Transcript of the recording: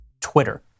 Twitter